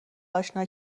آشنا